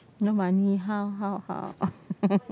no money how how how